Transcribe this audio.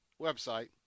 website